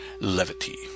levity